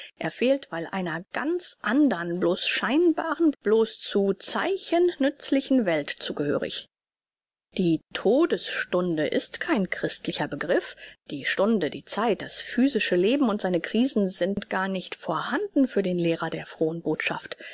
er fehlt weil einer ganz andern bloß scheinbaren bloß zu zeichen nützlichen welt zugehörig die todesstunde ist kein christlicher begriff die stunde die zeit das physische leben und seine krisen sind gar nicht vorhanden für den lehrer der frohen botschaft